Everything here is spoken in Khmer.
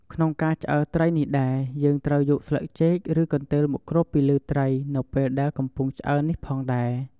ក្នុងការឆ្អើរត្រី នេះដែរ យើងត្រូវយកស្លឹកចេក ឬ កន្ទេលមកគ្របពីលើ ត្រីនៅពេលដែលកំពុងឆ្អើរនេះផងដែរ។